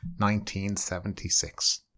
1976